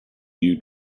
new